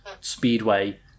Speedway